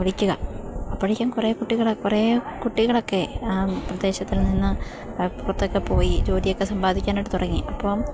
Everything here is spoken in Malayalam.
വിളിക്കുക അപ്പോഴേക്കും കുറേ കുട്ടികള് കുറേ കുട്ടികളൊക്കെയായി വിദേശത്ത് നിന്ന് പുറത്തൊക്കെ പോയി ജോലിയൊക്കെ സമ്പാദിക്കാനായിട്ട് തുടങ്ങി അപ്പം